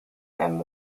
and